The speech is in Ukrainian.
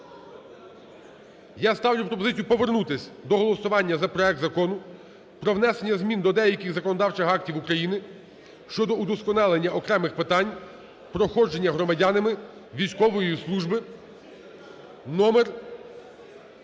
Я ставлю пропозицію повернутись до голосування за проект закону про внесення змін до деяких законодавчих України (щодо удосконалення окремих питань проходження громадянами військової служби) (номер